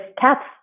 cats